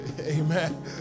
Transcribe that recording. amen